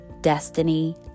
Destiny